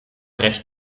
recht